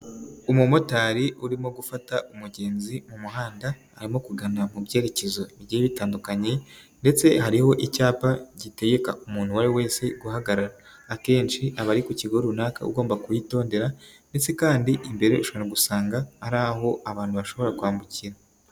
Umumotari urimo gufata umugenzi mu muhanda arimo kugana mu byerekezo bigiye bitandukanye ndetse hariho icyapa gitegeka umuntu uwo ari we wese guhagarara, akenshi abari ku kigo runaka ugomba kuhitondera ndetse kandi imbere ushobora gusanga ari aho abantu bashobora kwambukira.